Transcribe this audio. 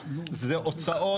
זה הוצאות אינספור.